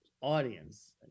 audience